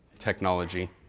technology